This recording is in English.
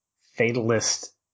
fatalist